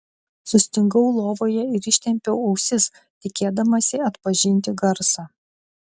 sustingau lovoje ir ištempiau ausis tikėdamasi atpažinti garsą